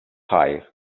high